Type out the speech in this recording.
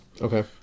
okay